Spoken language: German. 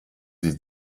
sie